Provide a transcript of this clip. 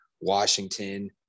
washington